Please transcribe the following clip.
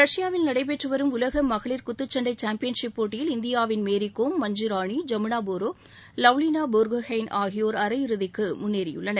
ரஷ்பாவில் நடைபெற்று வரும் உலக மகளிர் குத்துச்சண்டை சாம்பியன்ஷிப் போட்டியில் இந்தியாவின் மேரி கோம் மஞ்சுராணி ஜமுனா போரோ லவ்லினா போர்கோகெய்ன் ஆகியோர் அரை இறதிக்கு முன்னேறியுள்ளனர்